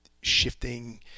shifting